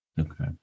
Okay